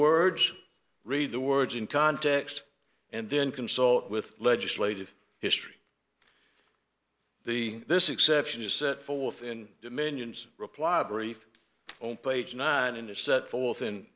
words read the words in context and then consult with legislative history the this exception is set forth in dominions reply brief on page nine and is set forth